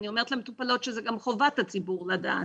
אני אומרת למטופלות שזו גם חובת הציבור לדעת.